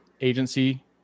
agency